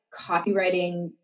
copywriting